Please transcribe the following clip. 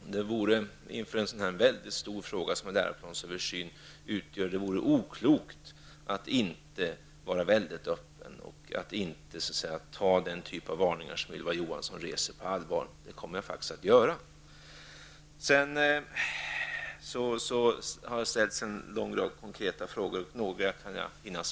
Det vore faktiskt i en så väldigt stor fråga som en läroplansöversyn oklokt att inte vara väldigt öppen, att inte så att säga ta sådana varningar som Ylva Johansson reser på allvar. Det kommer jag faktiskt att göra. Det ställdes här en rad konkreta frågor, och några hinner jag svara på.